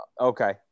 Okay